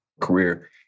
career